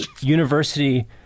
university